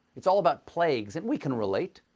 it's all about plagues. and we can relate.